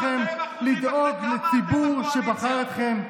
הכנסת והוועדות זה בדיוק המקום שלכם לדאוג לציבור שבחר אתכם.